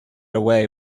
away